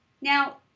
Now